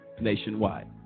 nationwide